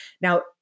Now